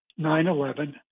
9-11